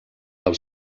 del